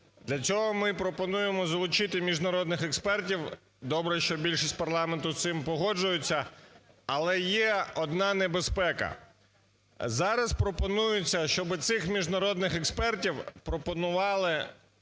Для цього ми пропонуємо залучити міжнародних експертів. Добре, що більшість парламенту з цим погоджується. Але є одна небезпека. Зараз пропонується, щоби цих міжнародних експертів пропонували